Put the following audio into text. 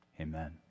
amen